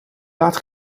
laat